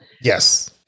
Yes